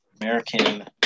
American